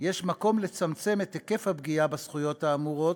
יש מקום לצמצם את היקף הפגיעה בזכויות האמורות,